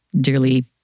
dearly